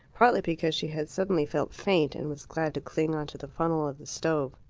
partly because she had suddenly felt faint, and was glad to cling on to the funnel of the stove.